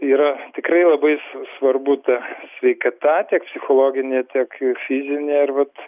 yra tikrai labai s svarbu ta sveikata tiek psichologinė tiek ir fizinė ir vat